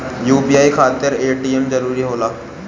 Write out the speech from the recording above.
UPI खातिर ATM जरूरी होला?